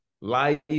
life